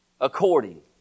according